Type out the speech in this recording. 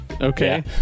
Okay